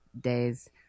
days